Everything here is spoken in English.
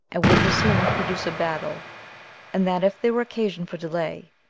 and would the sooner produce a battle and that if there were occasion for delay,